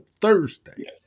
Thursday